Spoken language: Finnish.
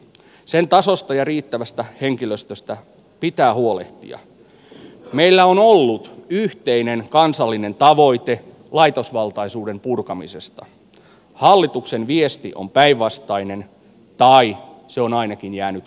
sen tasosta ja riittävästä henkilöstöstä pitää huolehtia meillä on ollut yhteinen kansallinen tavoite laitosvaltaisuuden purkamisesta hallituksen viesti on päivastainen tarina se on ainakin jäänyt